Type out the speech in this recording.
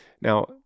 Now